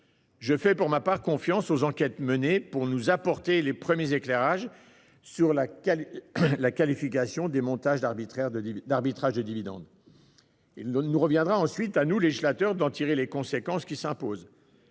Je fais confiance aux enquêtes menées pour nous apporter de premiers éclairages sur la qualification de tels montages d'arbitrages de dividendes. Il nous reviendra ensuite, à nous législateur, d'en tirer les conséquences.